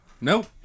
nope